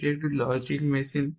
এটি একটি logic machine